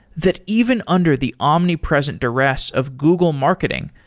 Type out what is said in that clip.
that even under the omnipresent duress of google marketing,